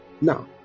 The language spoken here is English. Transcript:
Now